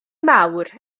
mawr